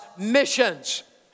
missions